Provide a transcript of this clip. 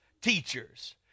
teachers